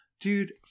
dude